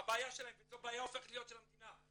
וזו בעיה שהופכת להיות של המדינה,